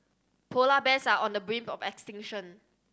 polar bears are on the brink of extinction